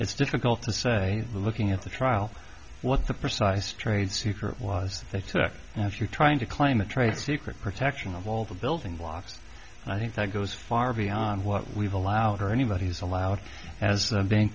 it's difficult to say looking at the trial what the precise trade secret was think if you're trying to claim a trade secret protection of all the building blocks i think that goes far beyond what we've allowed her anybody's allowed as being